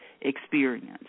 experience